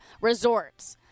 resorts